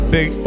Big